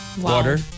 water